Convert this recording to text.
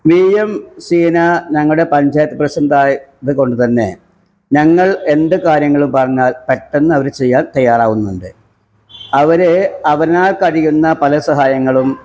വീ M Seena ഞങ്ങളുടെ പഞ്ചായത്ത് പ്രസിഡൻടായതു കൊണ്ടു തന്നെ ഞങ്ങള് എന്തു കാര്യങ്ങൾ പറഞ്ഞാല് പെട്ടെന്ന് അവർ ചെയ്യാന് തയ്യാറാകുന്നുണ്ട് അവർ അവരാല് കഴിയുന്ന പല സഹായങ്ങളും